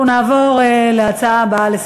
אנחנו נעבור לנושא: